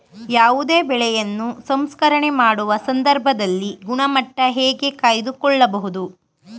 ಯಾವುದೇ ಬೆಳೆಯನ್ನು ಸಂಸ್ಕರಣೆ ಮಾಡುವ ಸಂದರ್ಭದಲ್ಲಿ ಗುಣಮಟ್ಟ ಹೇಗೆ ಕಾಯ್ದು ಕೊಳ್ಳಬಹುದು?